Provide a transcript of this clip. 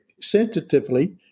sensitively